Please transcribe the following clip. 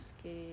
que